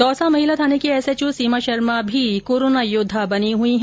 दौसा महिला थाने की एसएचओ सीमा शर्मा भी इन दिनों कोरोना योद्वा बनी हुई है